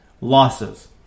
Losses